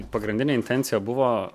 pagrindinė intencija buvo